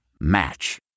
Match